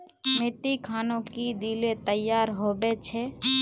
मिट्टी खानोक की दिले तैयार होबे छै?